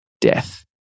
death